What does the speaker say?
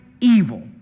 evil